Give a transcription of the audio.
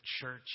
church